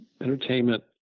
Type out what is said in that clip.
entertainment